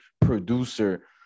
producer